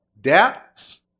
debts